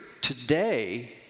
today